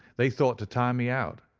they thought to tire me out,